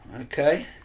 Okay